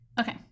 Okay